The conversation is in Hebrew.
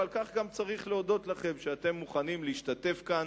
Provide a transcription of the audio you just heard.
ועל כך גם צריך להודות לכם שאתם מוכנים להשתתף כאן